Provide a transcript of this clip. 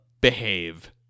behave